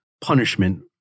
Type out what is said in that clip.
punishment